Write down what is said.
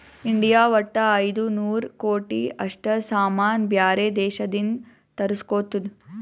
India ವಟ್ಟ ಐಯ್ದ ನೂರ್ ಕೋಟಿ ಅಷ್ಟ ಸಾಮಾನ್ ಬ್ಯಾರೆ ದೇಶದಿಂದ್ ತರುಸ್ಗೊತ್ತುದ್